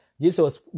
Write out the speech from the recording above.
Jesus